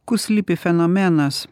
kur slypi fenomenas